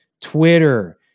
Twitter